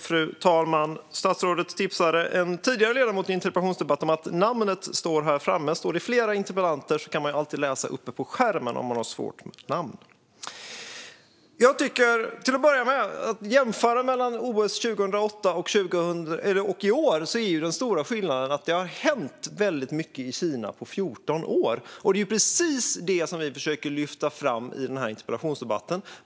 Fru talman! Statsrådet tipsade en ledamot i en tidigare interpellationsdebatt om att namnen står här framme. Är det flera interpellanter kan man alltid läsa på skärmen om man har svårt med namn. Jag tycker till att börja med att den stora skillnaden mellan OS 2008 och OS i år är att det har hänt väldigt mycket i Kina på 14 år. Det är precis det som vi försöker lyfta fram i den här interpellationsdebatten.